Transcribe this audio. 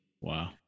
Wow